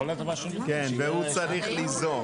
והוא צריך ליזום.